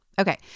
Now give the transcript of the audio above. Okay